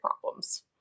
problems